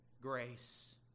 grace